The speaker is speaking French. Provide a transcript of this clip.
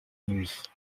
nuit